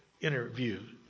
interview